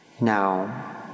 Now